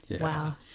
Wow